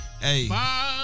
hey